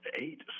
eight